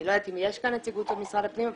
אני לא יודעת אם יש כאן נציגות של משרד הפנים,